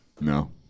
No